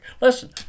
Listen